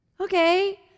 Okay